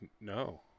no